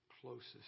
closest